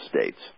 states